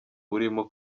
urimo